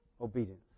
Obedience